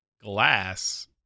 glass